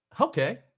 Okay